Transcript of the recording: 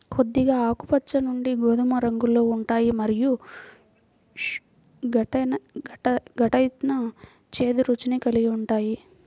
కొద్దిగా ఆకుపచ్చ నుండి గోధుమ రంగులో ఉంటాయి మరియు ఘాటైన, చేదు రుచిని కలిగి ఉంటాయి